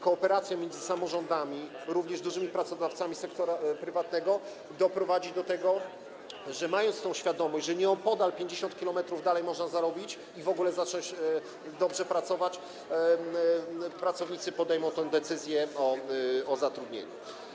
Kooperacja między samorządami, również dużymi pracodawcami sektora prywatnego, doprowadzi do tego, że mając tę świadomość, że nieopodal, 50 km dalej, można zarobić i w ogóle zacząć dobrze pracować, pracownicy podejmą decyzję o zatrudnieniu.